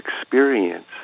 experience